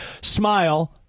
smile